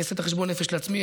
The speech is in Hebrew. אני אעשה את חשבון הנפש לעצמי,